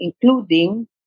including